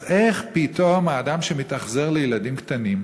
אז איך פתאום אדם שמתאכזר לילדים קטנים,